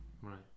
Right